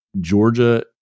Georgia